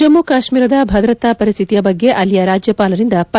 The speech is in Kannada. ಜಮ್ಮು ಕಾಶ್ಮೀರದ ಭದ್ರತಾ ಪರಿಸ್ಥಿತಿಯ ಬಗ್ಗೆ ಅಲ್ಲಿಯ ರಾಜ್ಯಪಾಲರಿಂದ ಪರಾಮರ್ಶೆ